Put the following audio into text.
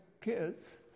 kids